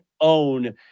own